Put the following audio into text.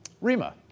Rima